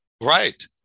right